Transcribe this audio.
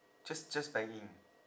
just just bank in